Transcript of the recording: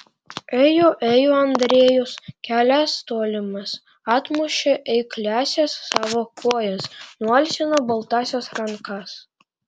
ėjo ėjo andrejus kelias tolimas atmušė eikliąsias savo kojas nualsino baltąsias rankas